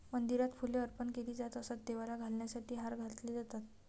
मंदिरात फुले अर्पण केली जात असत, देवाला घालण्यासाठी हार घातले जातात